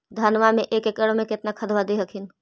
धनमा मे एक एकड़ मे कितना खदबा दे हखिन?